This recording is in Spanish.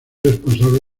responsable